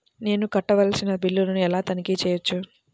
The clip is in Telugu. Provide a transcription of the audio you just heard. నేను కట్టవలసిన బిల్లులను ఎలా తనిఖీ చెయ్యవచ్చు?